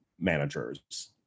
Managers